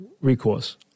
recourse